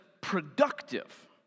productive